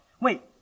Wait